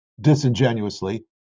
disingenuously